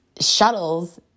shuttles